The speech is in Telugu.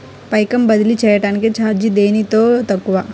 పైకం బదిలీ చెయ్యటానికి చార్జీ దేనిలో తక్కువ?